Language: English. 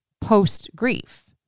post-grief